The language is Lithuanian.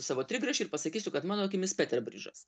savo trigrašį ir pasakysiu kad mano akimis peterbrižas